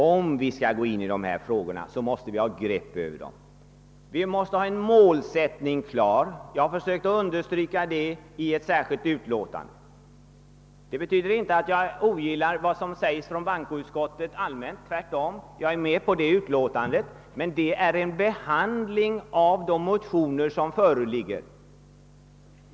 Om vi skall kunna tränga in i de lokaliseringspolitiska frågorna måste vi ha ett grepp om dem och en klar målsättning. Jag har velat understryka detta i ett särskilt yttrande. Det betyder inte att jag allmänt ogillar vad som sägs i bankoutskottets utlåtande; tvärtom instämmer jag däri. Men utlåtandet avser en behandling av de motioner som föreligger.